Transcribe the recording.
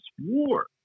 war